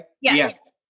Yes